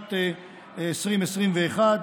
לשנת 2021,